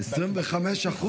25%